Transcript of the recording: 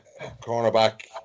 cornerback